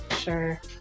sure